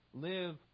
live